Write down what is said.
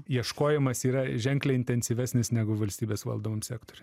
ieškojimas yra ženkliai intensyvesnis negu valstybės valdomam sektoriuj